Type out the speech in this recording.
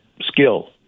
skill